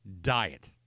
diet